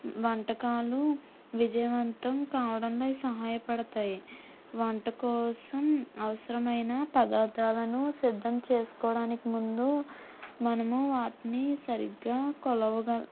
వంటకాలు విజయవంతం కావడంపై సహాయపడతాయి వంట కోసం అవసరమైన పదార్థాలను సిద్ధం చేసుకోవడానికి ముందు మనము వాటిని సరిగ్గా కొలవగల